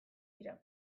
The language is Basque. dira